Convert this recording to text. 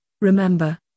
Remember